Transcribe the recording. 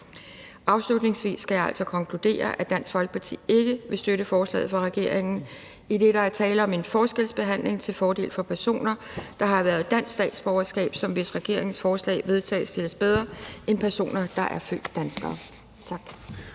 Afslutningsvis skal jeg altså konkludere, at Dansk Folkeparti ikke vil støtte forslaget fra regeringen, idet der er tale om en forskelsbehandling til fordel for personer, der har erhvervet dansk statsborgerskab, som hvis regeringens forslag vedtages, stilles bedre end personer, der er født danskere. Tak.